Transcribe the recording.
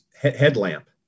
headlamp